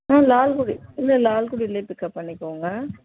ஆ லால்குடி இல்லை லால்குடியிலே பிக்கப் பண்ணிக்கோங்க